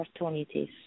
opportunities